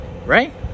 right